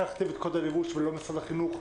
להכתיב את קוד הלבוש ולא משרד החינוך.